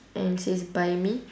and it says buy me